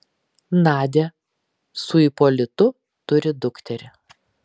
nadia su ipolitu turi dukterį